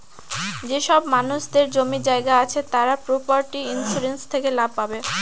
যেসব মানুষদের জমি জায়গা আছে তারা প্রপার্টি ইন্সুরেন্স থেকে লাভ পাবে